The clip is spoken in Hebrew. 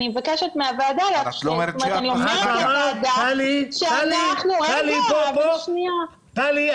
אני מבקשת מהוועדה --- אבל את לא אומרת --- טלי,